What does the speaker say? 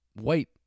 white